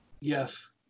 yes